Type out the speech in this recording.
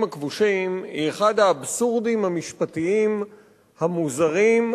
הכבושים היא אחד האבסורדים המשפטיים המוזרים,